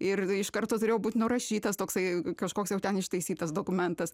ir iš karto turėjo būt nurašytas toksai kažkoks jau ten ištaisytas dokumentas